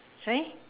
sorry